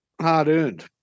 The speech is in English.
hard-earned